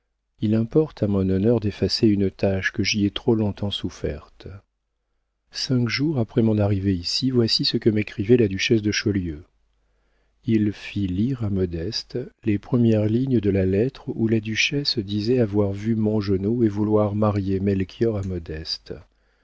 il importe à mon honneur d'effacer une tache que j'y ai trop longtemps soufferte cinq jours après mon arrivée ici voici ce que m'écrivait la duchesse de chaulieu il fit lire à modeste les premières lignes de la lettre où la duchesse disait avoir vu mongenod et vouloir marier melchior à modeste